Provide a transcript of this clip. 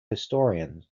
historian